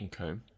Okay